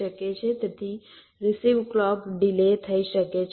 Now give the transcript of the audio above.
તેથી receive clock delay થઈ શકે છે